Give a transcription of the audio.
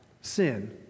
Sin